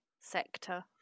sector